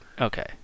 Okay